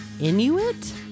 Inuit